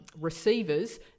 receivers